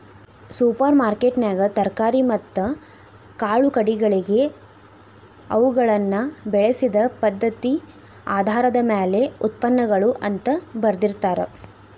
super ಮಾರ್ಕೆಟ್ನ್ಯಾಗ ತರಕಾರಿ ಮತ್ತ ಕಾಳುಕಡಿಗಳಿಗೆ ಅವುಗಳನ್ನ ಬೆಳಿಸಿದ ಪದ್ಧತಿಆಧಾರದ ಮ್ಯಾಲೆ ಉತ್ಪನ್ನಗಳು ಅಂತ ಬರ್ದಿರ್ತಾರ